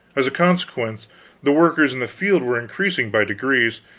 as a consequence the workers in the field were increasing by degrees,